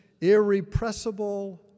irrepressible